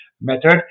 method